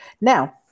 Now